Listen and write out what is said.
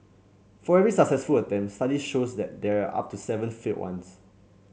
for every successful attempt studies show there are up to seven failed ones